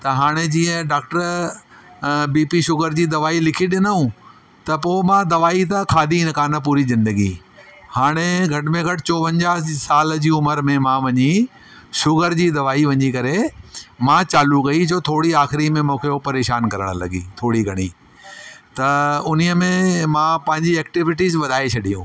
त हाणे जीअं डॉक्टर बी पी शुगर जी दवाऊं लिखी ॾिनऊं त पोइ मां दवाई त खाधी कोन्ह पूरी जिन्दगी हाणे घट में घटि चोवंजाह साल जी उमिरि में वञी शुगर जी दवाई वञी करे मां चालू कयी जो थोरी आखिरीं में मूंखे परेशानु करण लगी थोरी घणी त उन्हीअ में मां पंहिंजी एक्टीविटीज वधाए छॾियूं